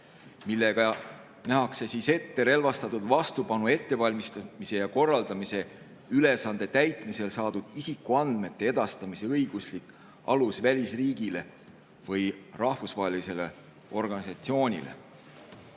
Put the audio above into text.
millega nähakse ette relvastatud vastupanu ettevalmistamise ja korraldamise ülesande täitmisel saadud isikuandmete edastamise õiguslik alus välisriigile või rahvusvahelisele organisatsioonile. Meil